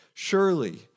Surely